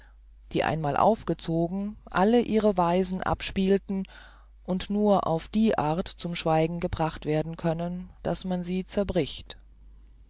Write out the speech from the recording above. die einmal aufgezogen all ihre weisen abspielen und nur auf die art zum schweigen gebracht werden können daß man sie zerbricht